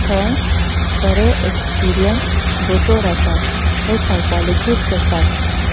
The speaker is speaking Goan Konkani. थंय बरे ऍक्सपिरियन्स्ड दोतोर आसात थंय सायकोलॉजिस्ट आसात